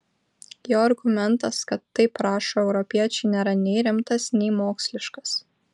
jo argumentas kad taip rašo europiečiai nėra nei rimtas nei moksliškas